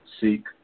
Seek